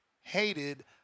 hated